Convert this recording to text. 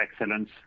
excellence